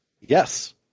Yes